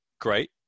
great